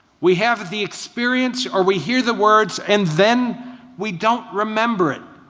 we have the experience or we hear the words, and then we don't remember it.